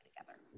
together